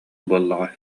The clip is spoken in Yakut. буоллаҕа